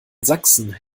sachsen